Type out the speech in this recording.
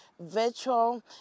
virtual